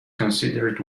considered